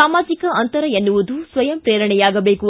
ಸಾಮಾಜಿಕ ಅಂತರ ಎನ್ನುವುದು ಸ್ವಯಂಪ್ರೇರಣೆಯಾಗಬೇಕು